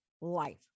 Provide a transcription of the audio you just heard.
life